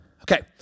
Okay